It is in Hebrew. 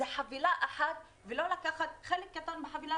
זה חבילה אחת ולא לקחת חלק קטן בחבילה